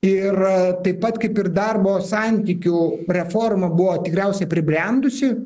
yra taip pat kaip ir darbo santykių reforma buvo tikriausiai pribrendusi